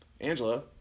Angela